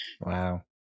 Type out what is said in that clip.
Wow